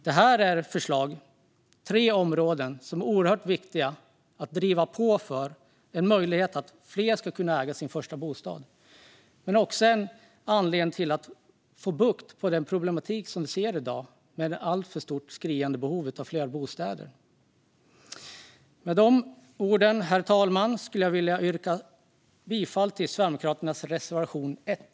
Detta är förslag på tre områden. Det är oerhört viktigt att driva på här. Det handlar om en möjlighet för fler att äga sin första bostad men också om att få bukt med den problematik som vi ser i dag med ett skriande behov av fler bostäder. Med de orden, herr talman, skulle jag vilja yrka bifall till Sverigedemokraternas reservation 1.